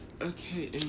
Okay